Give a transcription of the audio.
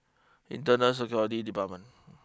Internal Security Department